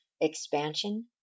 expansion